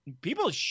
people